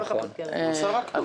כל הכבוד, קרן.